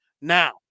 Now